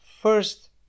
first